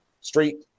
street